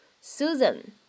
Susan